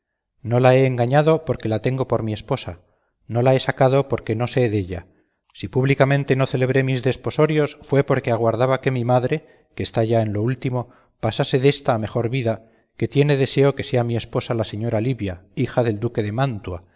no la he engañado porque la tengo por mi esposa no la he sacado porque no sé della si públicamente no celebré mis desposorios fue porque aguardaba que mi madre que está ya en lo último pasase désta a mejor vida que tiene deseo que sea mi esposa la señora livia hija del duque de mantua